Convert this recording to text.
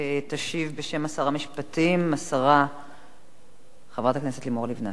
תשיב בשם שר המשפטים שרת התרבות והספורט חברת הכנסת לימור לבנת.